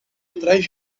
atrás